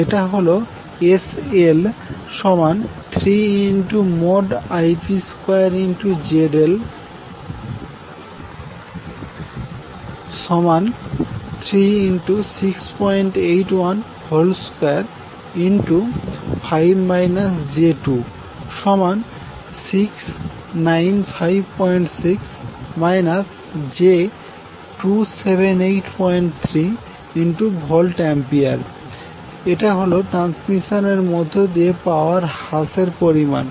যেটা হল Sl3Ip2Zl368125 j26956 j2783VA এটা হল ট্রান্সমিশন এর মধ্যদিয়ে পাওয়ার হ্রাসের পরিমান